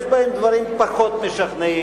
יש בהם דברים פחות משכנעים,